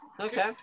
Okay